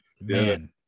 man